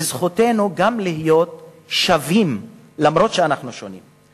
וזכותנו גם להיות שווים למרות שאנחנו שונים.